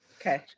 Okay